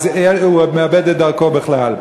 אז הוא מאבד את דרכו בכלל.